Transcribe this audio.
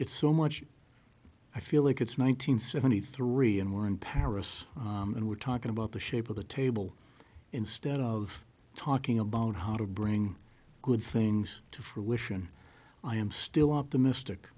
it's so much i feel like it's one nine hundred seventy three and we're in paris and we're talking about the shape of the table instead of talking about how to bring good things to fruition i am still optimistic